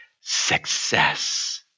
Success